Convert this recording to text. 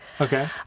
Okay